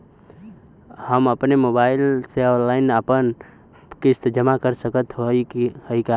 हम अपने मोबाइल से ऑनलाइन आपन किस्त जमा कर सकत हई का?